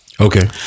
Okay